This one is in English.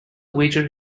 wager